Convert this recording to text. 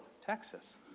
Texas